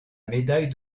médaille